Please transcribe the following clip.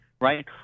right